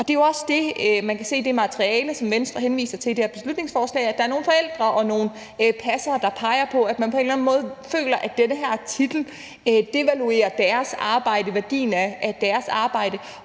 Det er jo også det, man kan se i det materiale, som Venstre henviser til i det her beslutningsforslag. Der er nogle forældre og nogle passere, der peger på, at de på en eller anden måde føler, at den her titel devaluerer deres arbejde og værdien af deres arbejde.